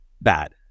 Bad